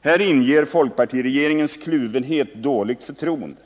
Här inger folkpartiregeringens kluvenhet dåligt förtroende.